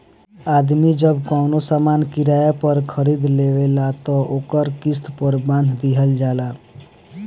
आदमी जब कवनो सामान किराया पर खरीद लेवेला त ओकर किस्त पर बांध दिहल जाला